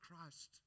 christ